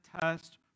test